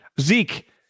Zeke